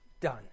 done